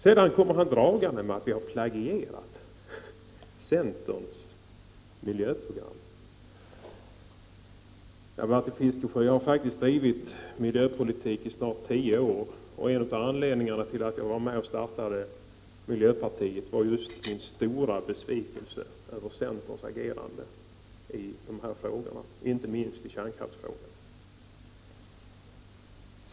Sedan kommer han dragande med att vi skulle ha plagierat centerns miljöprogram! Bertil Fiskesjö! Jag har faktiskt drivit miljöpolitik i snart tio år, och en av anledningarna till att jag var med och startade miljöpartiet var just min stora besvikelse över centerns agerande i dessa frågor, inte minst i kärnkraftsfrågan.